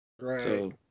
Right